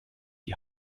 die